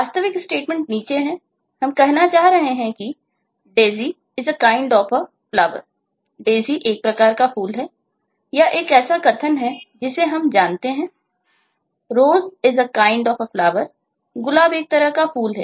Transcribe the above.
वास्तविक स्टेटमेंट कैसे है